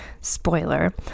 Spoiler